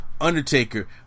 Undertaker